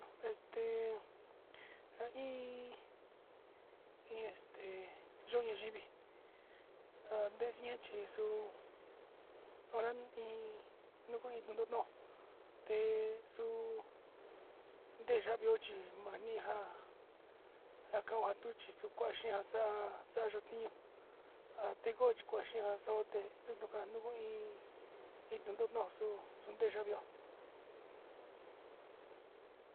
Este a iin, iin este yo'ó andiví ha ndexhiña chixuu horan iin nuu kuain iin tuno'o, texuu ndeyavio chí maninja hakuao kaxuticho kuá xin axa'a xa'a ayuu tiñio, atiko tikuachi axó kote kuu kandovo iin, iin ndudo'oxo ndeyavió.